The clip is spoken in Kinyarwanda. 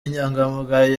inyangamugayo